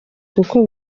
kuko